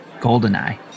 Goldeneye